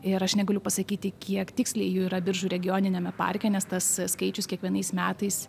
ir aš negaliu pasakyti kiek tiksliai jų yra biržų regioniniame parke nes tas skaičius kiekvienais metais